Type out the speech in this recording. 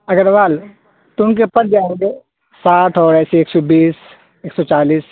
اگروال تو ان کے پد کیا ہوں گے ساٹھ اور ایسے ایک سو بیس ایک سو چالیس